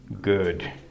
good